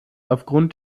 aufgrund